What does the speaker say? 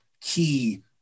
key